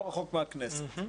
לא רחוק מן הכנסת.